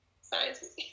science